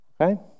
okay